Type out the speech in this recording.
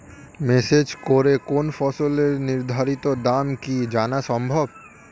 Message করে কোন ফসলের নির্ধারিত দাম কি জানা সম্ভব?